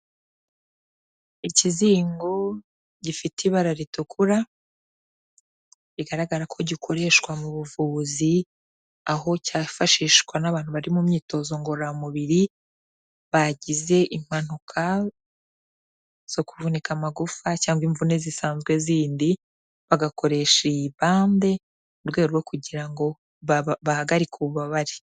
Ikizingo gifite ibara ritukura, bigaragara ko gikoreshwa mu buvuzi, aho cyafashishwa n'abantu bari mu myitozo ngororamubiri, bagize impanuka zo kuvunika amagufa cyangwa imvune zisanzwe zindi, bagakoresha iyi bande mu rwego rwo kugira ngo bahagarike ububabare.